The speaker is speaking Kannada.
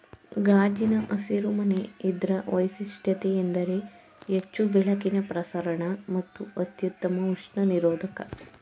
ಗಾಜಿನ ಹಸಿರು ಮನೆ ಇದ್ರ ವೈಶಿಷ್ಟ್ಯತೆಯೆಂದರೆ ಹೆಚ್ಚು ಬೆಳಕಿನ ಪ್ರಸರಣ ಮತ್ತು ಅತ್ಯುತ್ತಮ ಉಷ್ಣ ನಿರೋಧಕ